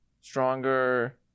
stronger